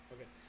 Okay